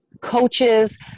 coaches